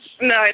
No